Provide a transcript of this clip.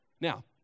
Now